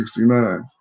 1969